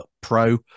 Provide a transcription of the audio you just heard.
pro